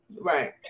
Right